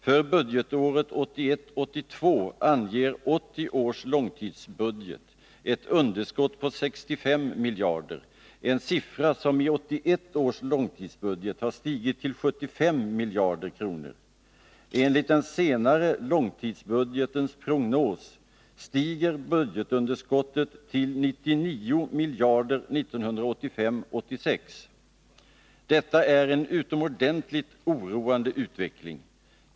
För budgetåret 1981 86. Detta är en utomordentligt oroande utveckling.